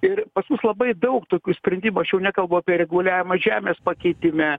ir pas mus labai daug tokių sprendimų aš jau nekalbu apie reguliavimą žemės pakeitime